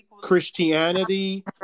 Christianity